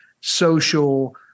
social